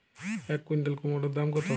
এক কুইন্টাল কুমোড় দাম কত?